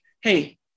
hey